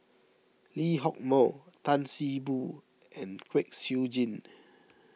Lee Hock Moh Tan See Boo and Kwek Siew Jin